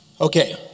okay